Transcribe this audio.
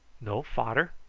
no fader?